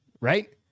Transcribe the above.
right